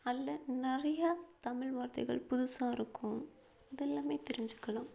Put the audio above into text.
அதில் நிறையா தமிழ் வார்த்தைகள் புதுசாக இருக்கும் அதெல்லாம் தெரிஞ்சுக்கலாம்